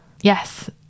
Yes